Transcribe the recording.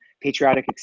patriotic